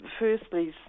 Firstly